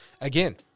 Again